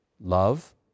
love